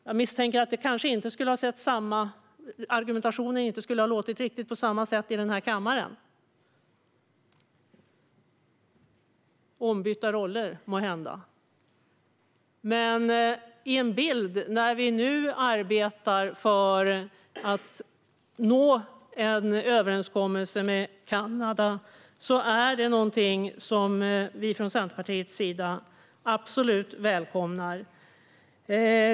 Jag misstänker att argumentationen då inte skulle ha låtit riktigt på samma sätt i den här kammaren - måhända ombytta roller. Att vi nu arbetar för att nå en överenskommelse är någonting som vi från Centerpartiet välkomnar.